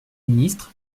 ministres